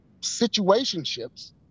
situationships